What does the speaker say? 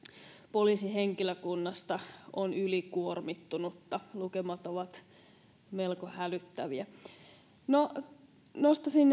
poliisin henkilökunnasta on ylikuormittunutta lukemat ovat melko hälyttäviä no nostaisin